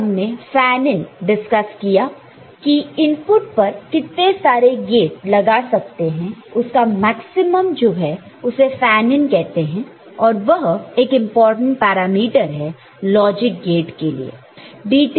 फिर हमने fan in discuss किया था की इनपुट पर कितने सारे गेट लगा सकते हैं उसका मैक्सिमम जो है उसे फैन इन कहते हैं और वह एक इंपॉर्टेंट पैरामीटर है लॉजिक गेट के लिए